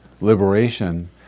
liberation